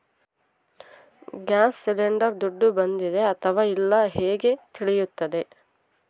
Gas cylinder ದುಡ್ಡು ಬಂದಿದೆ ಅಥವಾ ಇಲ್ಲ ಹೇಗೆ ತಿಳಿಯುತ್ತದೆ?